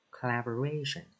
Collaboration